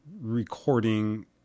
recording